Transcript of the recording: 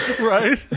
Right